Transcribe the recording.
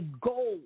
goal